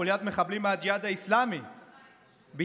חוליית מחבלים מהג'יהאד האסלאמי ביצעה